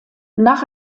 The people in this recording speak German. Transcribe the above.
nach